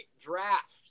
draft